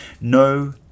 no